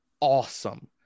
awesome